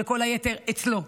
שכל היתר אצלו,